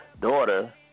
daughter